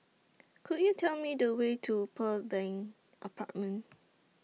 Could YOU Tell Me The Way to Pearl Bank Apartment